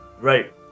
Right